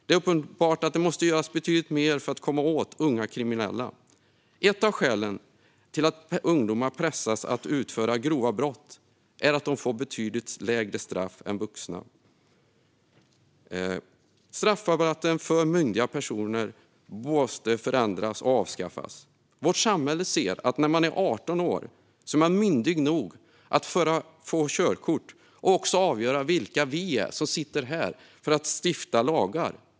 Det är uppenbart att det måste göras betydligt mer för att komma åt unga kriminella. Ett av skälen till att ungdomar pressas att utföra grova brott är att de får betydligt lägre straff än vuxna. Straffrabatten för myndiga personer måste förändras och avskaffas. Vårt samhälle anser att när man är 18 år är man myndig nog att få körkort och att avgöra vilka som ska få sitta här och stifta lagar.